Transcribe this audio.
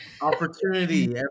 opportunity